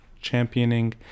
championing